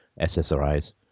SSRIs